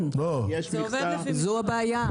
זו הבעיה.